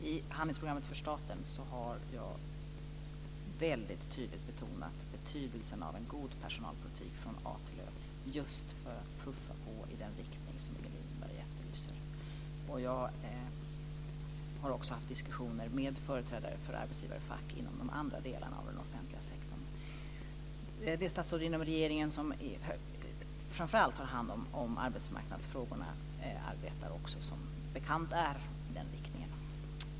I handlingsprogrammet för staten har jag väldigt tydligt betonat betydelsen av en god personalpolitik från A till Ö just för att puffa på i den riktning som Inger Lundberg efterlyser. Och jag har också haft diskussioner med företrädare för arbetsgivare och fack inom de andra delarna av den offentliga sektorn. Det statsråd inom regeringen som framför allt har hand om arbetsmarknadsfrågorna arbetar också som bekant är i den riktningen.